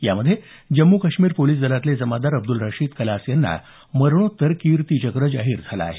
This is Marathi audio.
यामध्ये जम्मू काश्मीर पोलिस दलातले जमादार अब्दुल राशीद कलास यांना मरणोत्तर कीर्ती चक्र जाहीर झालं आहे